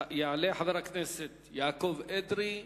יעלה חבר הכנסת יעקב אדרי,